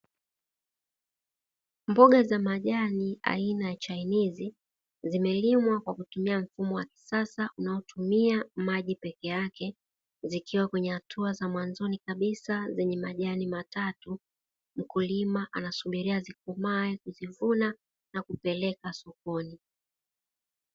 Mboga za majani aina ya chainizi zimelimwa kwa mfumo wa kisasa unaotumia maji pekeyake zikiwa kwenye hatua za mwanzoni kabisa zenye majani matatu, mkulima anasubiria zikomae kuzivuna na kuzipeleka sokoni.